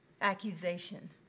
Accusation